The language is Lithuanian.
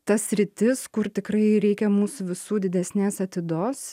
ta sritis kur tikrai reikia mūsų visų didesnės atidos